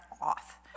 off